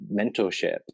mentorship